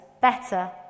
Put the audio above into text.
better